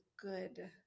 good